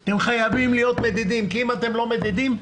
כי אם אתם לא מדידים,